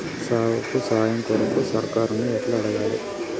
సాగుకు సాయం కొరకు సర్కారుని ఎట్ల అడగాలే?